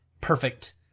perfect